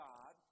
God